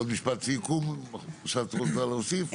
יש עוד משפט סיכום שאת רוצה להוסיף?